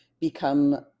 become